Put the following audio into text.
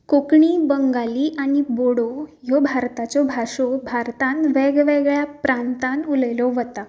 कोंकणी बंगाली आनी बोडो ह्यो भारताच्यो भासो भारतांत वेगवेगळ्या प्रांतांत उलयल्ल्यो वता